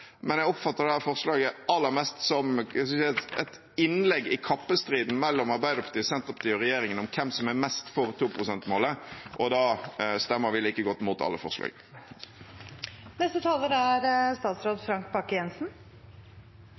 men jeg oppfatter dette forslaget aller mest som et innlegg i kappestriden mellom Arbeiderpartiet, Senterpartiet og regjeringen om hvem som er mest for 2-prosentmålet, og da stemmer vi like godt mot alle